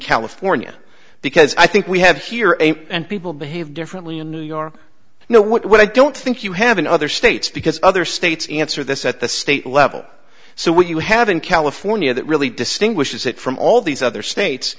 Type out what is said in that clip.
california because i think we have here and people behave differently in new york you know what i don't think you have in other states because other states answer this at the state level so what you have in california that really distinguishes it from all these other states